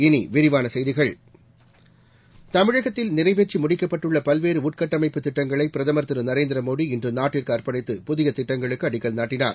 இனி விரிவான செய்திகள் தமிழகத்தில் நிறைவேற்றி முடிக்கப்பட்டுள்ள பல்வேறு உள்கட்டமைப்பு திட்டங்களை பிரதமர் திரு நரேந்திர மோடி இன்று நாட்டுக்கு அர்ப்பணித்து புதிய திட்டங்களுக்கு அடிக்கல் நாட்டினார்